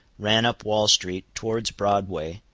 ran up wall-street towards broadway,